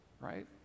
Right